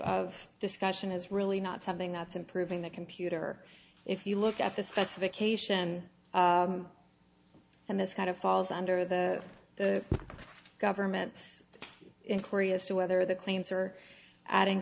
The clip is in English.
of discussion is really not something that's improving the computer if you look at the specification and this kind of falls under the the government's inquiry as to whether the claims are adding